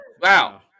Wow